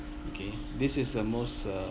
okay this is the most uh